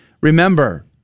Remember